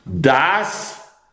Das